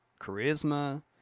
charisma